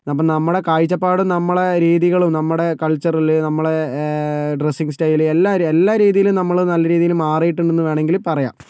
അപ്പോൾ നമ്മുടെ കാഴ്ച്ചപ്പാടും നമ്മളെ രീതികളും നമ്മുടെ കൾച്ചറിൽ നമ്മളെ ഡ്രസ്സിങ് സ്റ്റൈൽ എല്ലാ എല്ലാ രീതിയിലും നമ്മൾ നല്ലരീതിയിൽ മാറിയിട്ടുണ്ടെന്ന് വേണമെങ്കിൽ പറയാം